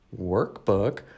workbook